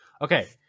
Okay